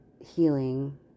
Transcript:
healing